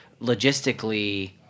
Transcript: logistically